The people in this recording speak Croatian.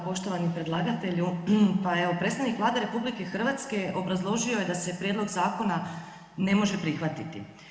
Poštovani predlagatelju pa evo predstavnik Vlade RH obrazložio je da se prijedlog zakona ne može prihvatiti.